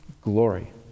glory